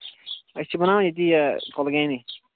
أسۍ چھِ بَناوان ییٚتہِ یہِ کۄلگامی